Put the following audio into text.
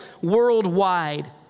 worldwide